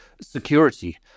security